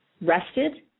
rested